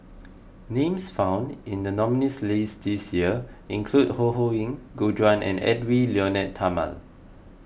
names found in the nominees' list this year include Ho Ho Ying Gu Juan and Edwy Lyonet Talma